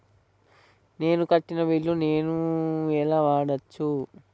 నేను కట్టిన బిల్లు ను నేను ఎలా చూడచ్చు?